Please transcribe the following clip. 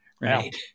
right